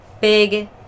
big